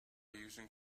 using